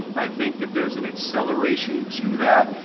i think that there's an acceleration to that.